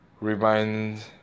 remind